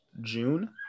june